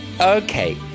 Okay